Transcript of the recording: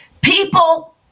People